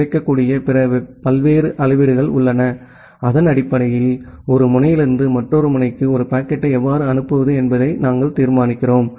கிடைக்கக்கூடிய பிற பல்வேறு அளவீடுகள் உள்ளன அதன் அடிப்படையில் ஒரு முனையிலிருந்து மற்றொரு முனைக்கு ஒரு பாக்கெட்டை எவ்வாறு அனுப்புவது என்பதை நாங்கள் தீர்மானிக்கிறோம்